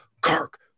Kirk